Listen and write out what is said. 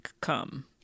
come